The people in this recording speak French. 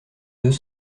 deux